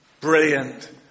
brilliant